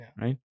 right